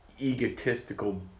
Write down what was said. egotistical